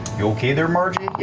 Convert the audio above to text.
you okay there, margie?